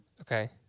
Okay